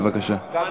בבקשה.